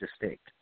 distinct